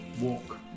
Walk